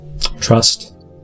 Trust